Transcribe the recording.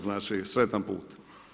Znači, sretan put.